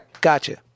Gotcha